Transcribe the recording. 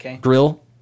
grill